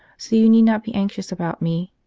so you need not be anxious about me.